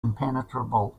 impenetrable